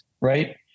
right